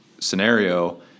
scenario